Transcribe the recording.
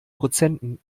prozenten